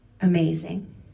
amazing